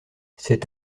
cet